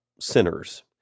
sinners